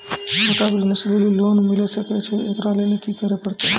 छोटा बिज़नस लेली लोन मिले सकय छै? एकरा लेली की करै परतै